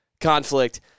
conflict